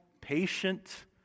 patient